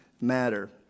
matter